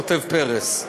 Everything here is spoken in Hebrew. כתב פרס.